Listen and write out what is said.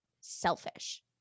selfish